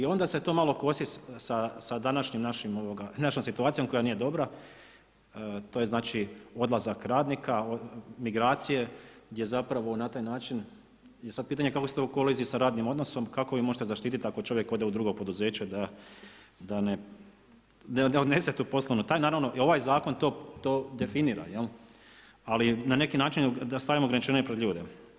I onda se to malo kosi sa današnjim našim, našom situacijom koja nije dobra, to je znači odlazak radnika, migracije, gdje zapravo na taj način, sad je kako je to u koliziji sa radnim odnosom, kako vi možete zaštitit ako čovjek ode u drugo poduzeće da ne odnese tu poslovnu tajnu, naravno ovaj zakon to definira, ali na neki način da stavimo ograničenje pred ljude.